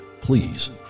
please